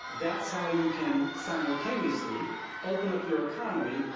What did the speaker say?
that's how you can simultaneously open up your economy,